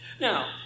Now